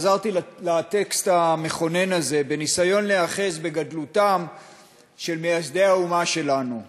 חזרתי לטקסט המכונן הזה בניסיון להיאחז בגדלותם של מייסדי האומה שלנו.